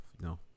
no